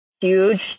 huge